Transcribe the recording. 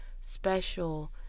special